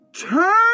turn